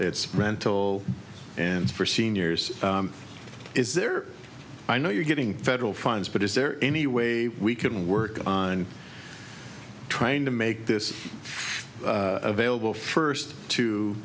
it's rental and for seniors is there i know you're getting federal funds but is there any way we can work on trying to make this available first